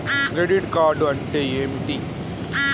Credit card అంటే ఏమిటి?